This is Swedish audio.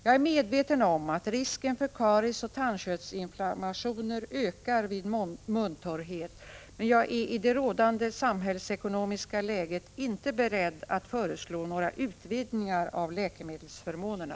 Jag är medveten om att risken för karies och tandköttsinflammationer ökar vid muntorrhet, men jag är i det rådande samhällsekonomiska läget inte beredd att föreslå några utvidgningar av läkemedelsförmånerna.